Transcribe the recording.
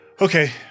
Okay